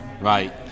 right